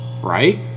right